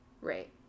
Right